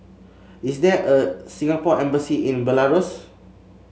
is there a Singapore Embassy in Belarus